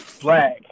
black